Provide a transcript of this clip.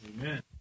Amen